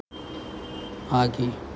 आगे